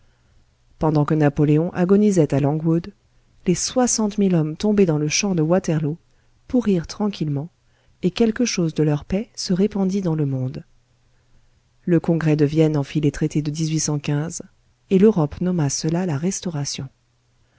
pendant que napoléon agonisait à longwood les soixante mille hommes tombés dans le champ de waterloo pourrirent tranquillement et quelque chose de leur paix se répandit dans le monde le congrès de vienne en fit les traités de et l'europe nomma cela la restauration